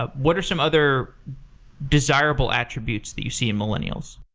ah what are some other desirable attributes that you see in millennials?